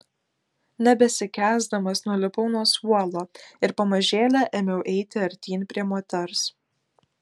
nebesikęsdamas nulipau nuo suolo ir pamažėle ėmiau eiti artyn prie moters